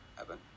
Evan